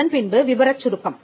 அதன்பின்பு விபரச் சுருக்கம்